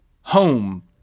home